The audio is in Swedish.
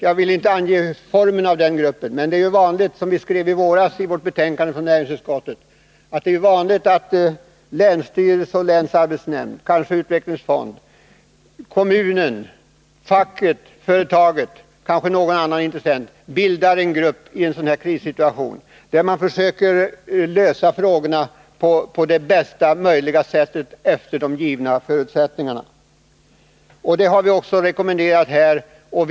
Jag behöver inte ange hur den gruppen skall vara utformad. Men det är ju vanligt, som vi skrev i våras i näringsutskottets betänkande, att länsstyrelsen och länsarbetsnämnden, kanske utvecklingsfonden, kommunen, facket, företaget — och kanske någon annan intressent — bildar en grupp i en sådan här krissituation. I den gruppen kan man försöka lösa frågorna på bästa möjliga sätt utifrån givna förutsättningar. Det har vi också rekommenderat i detta fall.